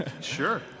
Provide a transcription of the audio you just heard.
Sure